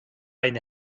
این